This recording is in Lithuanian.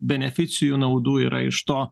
beneficijų naudų yra iš to